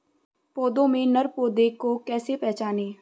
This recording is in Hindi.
पौधों में नर पौधे को कैसे पहचानें?